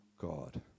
God